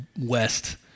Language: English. west